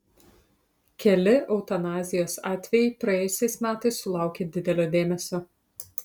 keli eutanazijos atvejai praėjusiais metais sulaukė didelio dėmesio